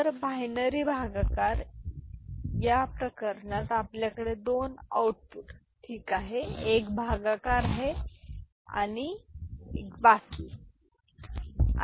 तर बायनरी भागाकार या प्रकरणात आपल्याकडे दोन आउटपुट ठीक आहेत एक भागाकार आहे बाकी उर्वरित